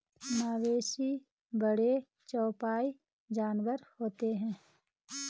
मवेशी बड़े चौपाई जानवर होते हैं